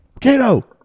Kato